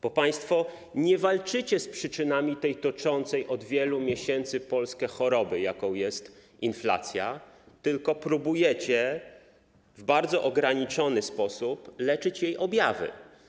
Bo państwo nie walczycie z przyczynami tej toczącej Polskę od wielu miesięcy choroby, jaką jest inflacja, tylko próbujecie w bardzo ograniczony sposób leczyć jej objawy.